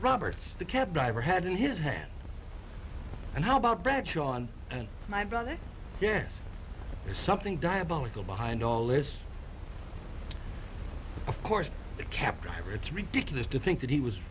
roberts the cab driver had in his hand and how about fred shawn and my brother yes there's something diabolical behind all this of course the captain it's ridiculous to think that he was